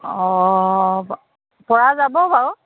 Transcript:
অঁ পৰা যাব বাৰু